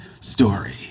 story